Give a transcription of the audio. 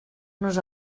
nos